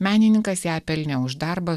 menininkas ją pelnė už darbą